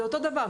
זה אותו דבר.